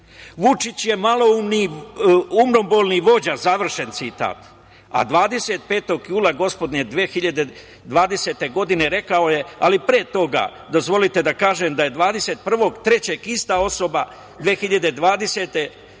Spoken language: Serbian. „Vučić je umobolni vođa“, završen citat. A 25. jula gospodnje 2020. godine rekao je… Ali pre toga dozvolite da kažem da je 21. marta 2020. godine